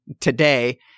today